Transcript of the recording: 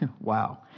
wow